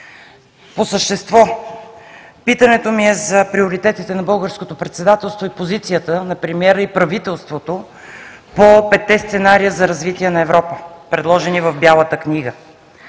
По същество. Питането ми е за приоритетите на българското председателство и позицията на премиера и правителството по петте сценария за развитие на Европа, предложени в Бялата книга.